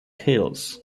hills